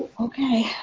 Okay